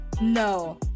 no